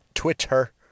Twitter